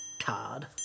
card